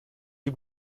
die